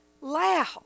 loud